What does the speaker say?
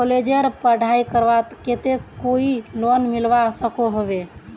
कॉलेजेर पढ़ाई करवार केते कोई लोन मिलवा सकोहो होबे?